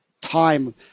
time